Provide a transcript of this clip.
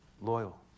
loyal